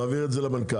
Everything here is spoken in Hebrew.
נעביר את זה למנכ"ל.